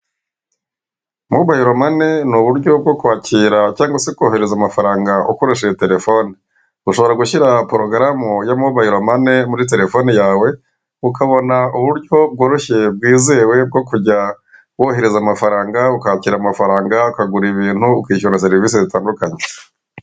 Mobayiro mani ni uburyo bwo kwakira cyangwa se kohereza amafaranga ukoresheje telefone, ushobora gushyira porogaramu ya mobayiro mani muri telefone yawe, ukabona uburyo bworoshye bwizewe bwo kujya wohereza amafaranga, ukakira amafaranga, ukagura ibintu, ukishyura serivise zitandukanye.